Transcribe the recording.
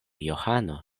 johano